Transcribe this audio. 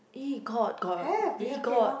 !ee! got got !ee! got